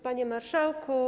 Panie Marszałku!